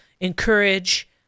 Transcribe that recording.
encourage